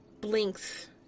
blinks